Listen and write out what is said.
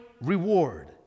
reward